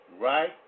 right